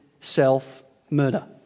self-murder